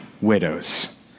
widows